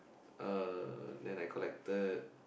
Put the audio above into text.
uh then I collected